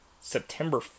September